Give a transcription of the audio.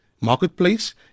marketplace